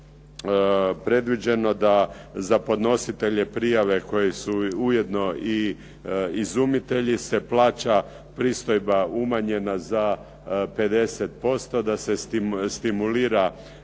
predviđeno da za podnositelje prijave koji su ujedno i izumitelji se plaća pristojba umanjena za 50% da se stimulira